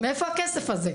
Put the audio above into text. מאיפה הכסף הזה?